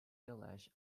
village